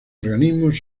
organismos